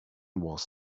was